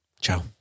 Ciao